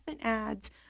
ads